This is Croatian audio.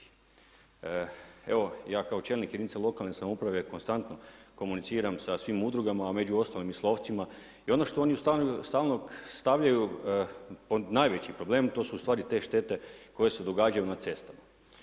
Evo ja kao čelnik jedinice lokalne samouprave konstantno komuniciram sa svim udrugama, a među ostalim i s lovcima i ono što oni stalno stavljaju pod najveći problem, to su ustvari te štete koje se događaju na cestama.